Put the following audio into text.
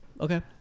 Okay